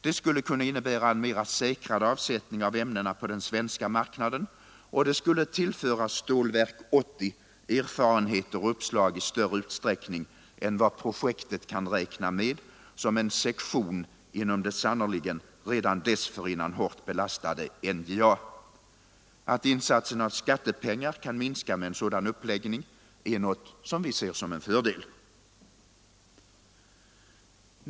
Detta skulle kunna innebära en mera säkrad avsättning av ämnena på den svenska marknaden, och det skulle tillföra Stålverk 80 erfarenheter och uppslag i större utsträckning än vad projektet kan räkna med som en sektion inom det sannerligen redan dessförinnan hårt belastade NJA. Att insatsen av skattepengar kan minskas med en sådan uppläggning är något som vi ser som en fördel.